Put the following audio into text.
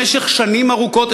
במשך שנים ארוכות,